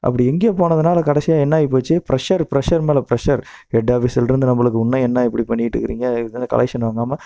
அப்படி எங்கேயோ போனதினால கடைசியாக என்ன ஆகி போச்சு ப்ரெஷ்ஷரு ப்ரெஷ்ஷர் மேலே ப்ரெஷ்ஷர் ஹெட் ஆஃபீஸில் இருந்து நம்மளுக்கு இன்னும் என்ன இப்படி பண்ணிக்கிட்டு இருக்குறீங்க இது என்ன கலெக்ஷன் வாங்காமல்